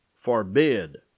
forbid